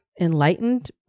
enlightened